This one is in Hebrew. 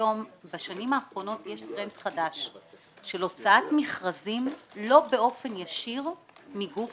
בשנים האחרונות יש טרנד חדש של הוצאת מכרזים לא באופן ישיר מגוף